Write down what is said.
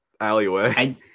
alleyway